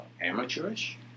amateurish